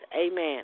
Amen